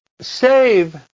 save